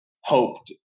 hoped